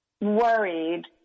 worried